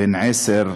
בן עשר,